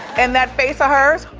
and that face a hers?